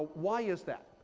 why is that?